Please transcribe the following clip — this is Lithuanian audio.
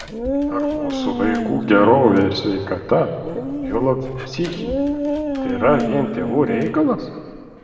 ar mūsų vaikų gerovė ir sveikata juolab psichinė tėra vien tėvų reikalas